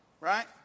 right